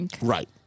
Right